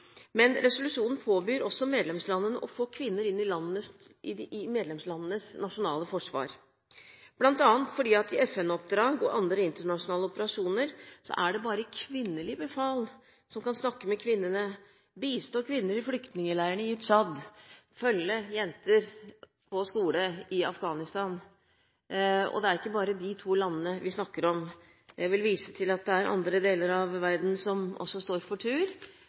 men resolusjonen påbyr også medlemslandene å få kvinner inn i medlemslandenes nasjonale forsvar, bl.a. fordi i FN-oppdrag og i andre internasjonale operasjoner er det bare kvinnelig befal som kan snakke med kvinnene, bistå kvinner i flyktningleirene i Tsjad, følge jenter til skolen i Afghanistan – og det er ikke bare de to landene vi snakker om. Jeg vil vise til at det er andre deler av verden som også står for tur,